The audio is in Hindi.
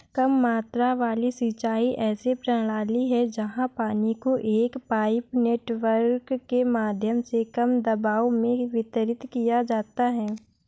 कम मात्रा वाली सिंचाई ऐसी प्रणाली है जहाँ पानी को एक पाइप नेटवर्क के माध्यम से कम दबाव में वितरित किया जाता है